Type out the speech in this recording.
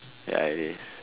ya it is